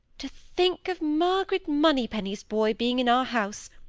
to think of margaret moneypenny's boy being in our house!